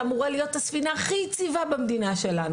שמובילה את ההון האנושי ושאמורה להיות הספינה הכי יציבה במדינה שלנו,